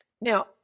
now